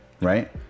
right